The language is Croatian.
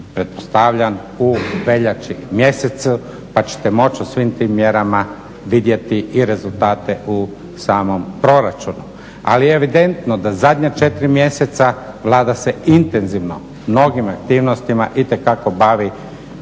pretpostavljam u veljači mjesec pa ćete moći o svim tim mjerama vidjeti i rezultate u samom proračunu. Ali je evidentno da zadnja četiri mjeseca Vlada se intenzivno, mnogim aktivnostima itekako bavi